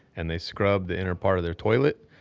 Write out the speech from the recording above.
and they scrub the inner part of their toilet,